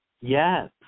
Yes